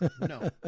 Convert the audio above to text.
No